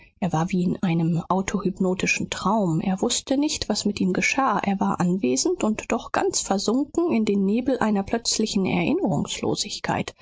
er war wie in einem autohypnotischen traum er wußte nicht was mit ihm geschah er war anwesend und doch ganz versunken in den nebel einer plötzlichen